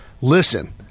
Listen